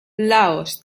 laos